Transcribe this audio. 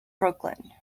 brooklyn